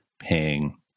paying